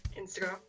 Instagram